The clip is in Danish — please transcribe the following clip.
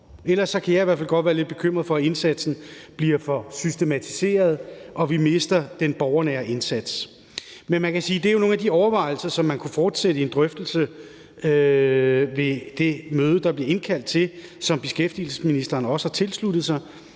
Ellers kan jeg i hvert fald godt være lidt bekymret for, at indsatsen bliver for systematiseret, og at vi mister den borgernære indsats. Men man kan jo sige, at det er nogle af de overvejelser, som man kunne fortsætte i en drøftelse ved det møde, der bliver indkaldt til, som beskæftigelsesministeren også har tilsluttet sig,